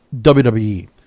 WWE